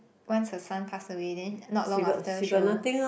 once her son pass away then not long after she will